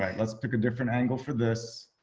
like let's pick a different angle for this.